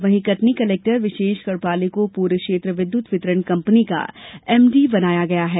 वहीं कटनी कलेक्टर विशेष गढपाले को पूर्व क्षेत्र विद्युत वितरण कंपनी का एमडी बनाया गया है